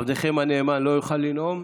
עבדכם הנאמן לא יוכל לנאום,